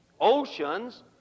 oceans